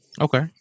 Okay